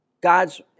God's